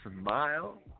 smile